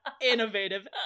innovative